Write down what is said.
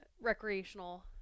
recreational